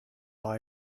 war